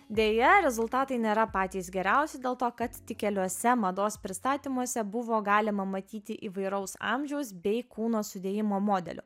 deja rezultatai nėra patys geriausi dėl to kad tik keliuose mados pristatymuose buvo galima matyti įvairaus amžiaus bei kūno sudėjimo modelių